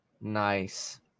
nice